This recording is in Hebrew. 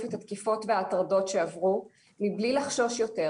את התקיפות וההטרדות שעברו מבלי לחשוש יותר.